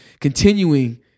continuing